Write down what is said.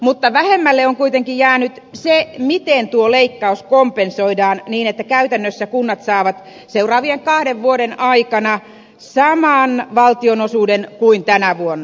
mutta vähemmälle huomiolle on kuitenkin jäänyt se miten tuo leikkaus kompensoidaan niin että käytännössä kunnat saavat seuraavien kahden vuoden aikana saman valtionosuuden kuin tänä vuonna